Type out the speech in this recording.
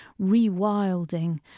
rewilding